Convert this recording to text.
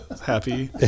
happy